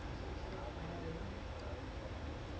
now managers doing all other all the things do lah